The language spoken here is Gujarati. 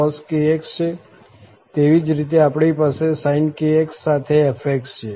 તેવી જ રીતે આપણી પાસે sin⁡ સાથે f છે